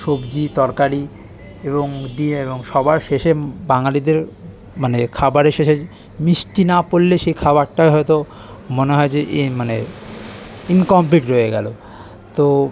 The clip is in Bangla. সবজি তরকারি এবং ডিম এবং সবার শেষে বাঙালিদের মানে খাবারের শেষে মিষ্টি না পড়লে সেই খাবারটাই হয়তো মনে হয় যে এ মানে ইনকমপ্লিট রয়ে গেল তো